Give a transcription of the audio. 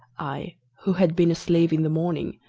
i who had been a slave in the morning,